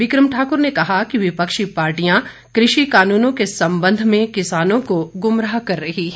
बिक्रम ठाकुर ने कहा कि विपक्षी पार्टियां कृषि कानूनों के संबंध में किसानों को गुमराह कर रही हैं